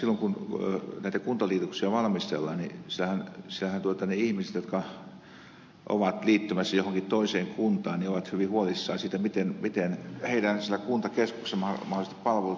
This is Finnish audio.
silloin kun näitä kuntaliitoksia valmistellaan niin siellähän ne ihmiset jotka ovat liittymässä johonkin toiseen kuntaan ovat hyvin huolissaan siitä miten heidän mahdolliset palvelunsa siellä kuntakeskuksessa säilyvät